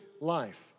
life